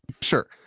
sure